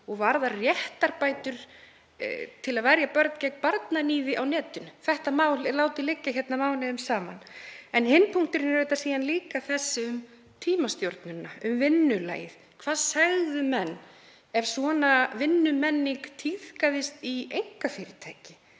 og varðar réttarbætur til að verja börn gegn barnaníði á netinu. Þetta mál er látið liggja mánuðum saman. En hinn punkturinn er síðan líka um tímastjórnunina, um vinnulagið. Hvað segðu menn ef svona vinnumenning tíðkaðist í einkafyrirtæki,